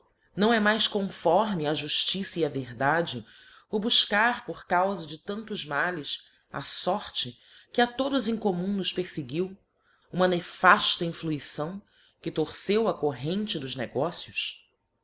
não é mais conforme á juftiça e a verdade o bufcar por caufa de tantos males a forte que a todos em commum nos perfeguiu uma nefaíla influição que torceu a corrente dos negócios